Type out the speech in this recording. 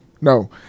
No